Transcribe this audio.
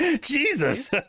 Jesus